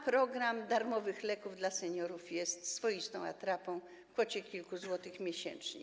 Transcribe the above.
Program darmowych leków dla seniorów jest swoistą atrapą - to kwota kilku złotych miesięcznie.